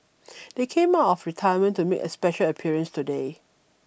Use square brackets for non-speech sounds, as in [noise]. [noise] they came out of retirement to make a special appearance today